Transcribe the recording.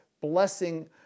blessing